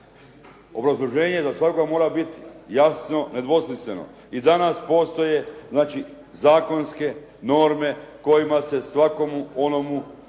Obrazloženje za svakoga mora biti jasno, nedvosmisleno. I danas postoje znači zakonske norme kojima se svakomu onomu koji